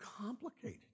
complicated